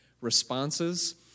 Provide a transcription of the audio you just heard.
responses